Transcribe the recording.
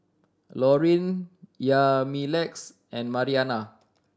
Laureen Yamilex and Marianna